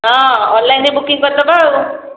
ହଁ ଅନଲାଇନ ରେ ବୁକିଙ୍ଗ କରିଦେବା ଆଉ